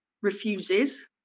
refuses